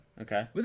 Okay